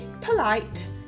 polite